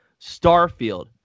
starfield